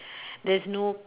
there's no